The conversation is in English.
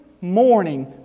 morning